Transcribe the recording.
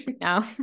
No